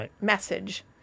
message